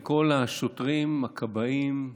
וכל השוטרים, הכבאים,